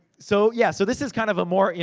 so yeah, so this is kind of a more,